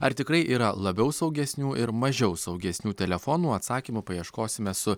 ar tikrai yra labiau saugesnių ir mažiau saugesnių telefonų atsakymų paieškosime su